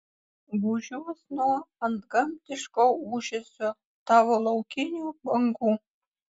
gūžiuos nuo antgamtiško ūžesio tavo laukinių bangų